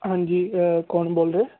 ਹਾਂਜੀ ਕੌਣ ਬੋਲ ਰਹੇ